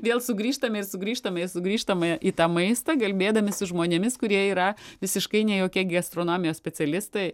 vėl sugrįžtame ir sugrįžtame ir sugrįžtame į tą maistą kalbėdami su žmonėmis kurie yra visiškai nejokie gastronomijos specialistai